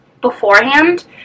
beforehand